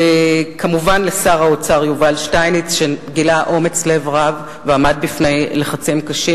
וכמובן לשר האוצר יובל שטייניץ שגילה אומץ לב רב ועמד בפני לחצים קשים.